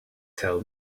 tell